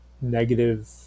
negative